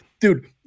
Dude